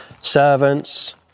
Servants